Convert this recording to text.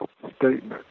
statement